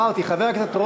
חברי הכנסת,